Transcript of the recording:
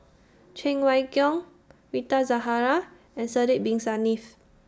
Cheng Wai Keung Rita Zahara and Sidek Bin Saniff